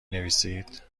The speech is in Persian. نویسید